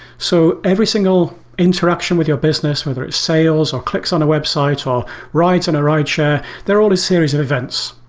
so every single interaction with your business, whether it's sales, or clicks on a website, or rides in a rideshare, they're all just series of events.